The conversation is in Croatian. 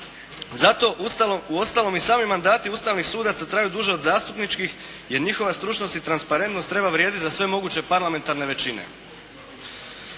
Zato uostalom i sami mandati ustavnih sudaca traju duže od zastupničkih jer njihova stručnost i transparentnost treba vrijediti za sve moguće parlamentarne većine.